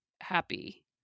happy